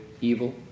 evil